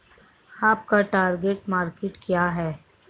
आपका target market क्या है?